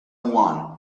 one